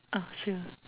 uh sure